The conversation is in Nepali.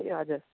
ए हजुर